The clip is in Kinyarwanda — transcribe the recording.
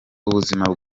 ubuzima